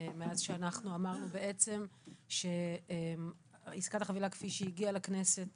מאז שאנחנו אמרנו שעסקת החבילה כפי שהגיעה לכנסת